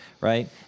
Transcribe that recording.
right